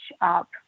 up